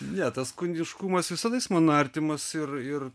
ne tas kūniškumas visada jis man artimas ir ir